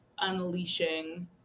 unleashing